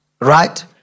right